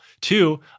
Two